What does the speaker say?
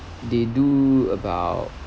they do about